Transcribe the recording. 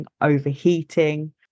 overheating